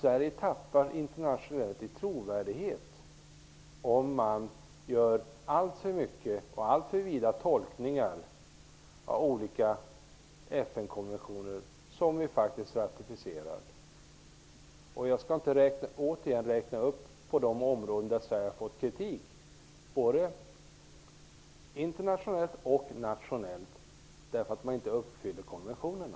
Sverige tappar internationellt i trovärdighet om vi gör alltför vida tolkningar av olika FN-konventioner, som vi faktiskt har ratificerat. Jag skall inte återigen räkna upp de områden där Sverige har fått kritik, både internationellt och nationellt, därför att vi inte uppfyller konventionerna.